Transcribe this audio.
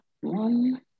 one